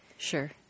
Sure